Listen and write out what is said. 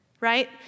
right